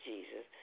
Jesus